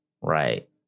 Right